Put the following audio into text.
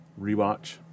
Rewatch